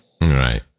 Right